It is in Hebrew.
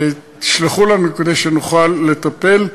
תשלחו לנו כדי שנוכל לטפל.